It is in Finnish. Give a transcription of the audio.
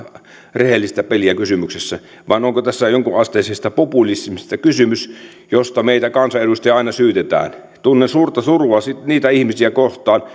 rehellistä peliä kysymyksessä vai onko tässä kysymys jonkunasteisesta populismista josta meitä kansanedustajia aina syytetään tunnen suurta surua niitä ihmisiä kohtaan